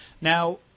Now